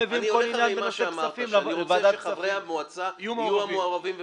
אני רוצה שחברי המועצה יהיו המעורבים והמחליטים,